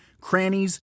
crannies